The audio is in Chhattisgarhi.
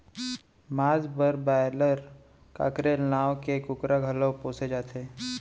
मांस बर बायलर, कॉकरेल नांव के कुकरा घलौ पोसे जाथे